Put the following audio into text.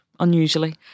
Unusually